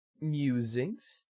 Musings